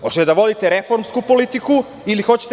Hoćete da vodite reformsku politiku ili hoćete…